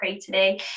today